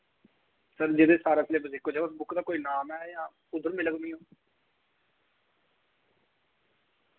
sir जिह्दे च सारा सिलेबस इक्को च ऐ उस बुक दा कोई नाम ऐ कोई यां कुद्दर मिल्लग मिगी ओ